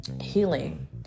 healing